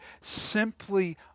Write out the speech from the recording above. simply